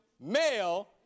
male